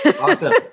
awesome